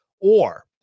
or-